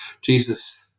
Jesus